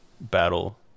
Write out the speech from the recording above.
battle